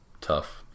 tough